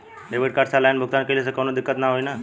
Debit card से online भुगतान कइले से काउनो दिक्कत ना होई न?